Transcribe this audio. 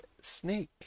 Snake